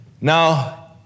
Now